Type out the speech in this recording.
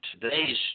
today's